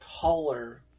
taller